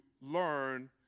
learn